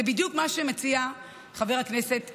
זה בדיוק מה שמציע חבר הכנסת יואב: